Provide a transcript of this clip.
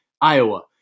Iowa